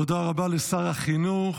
תודה רבה לשר החינוך.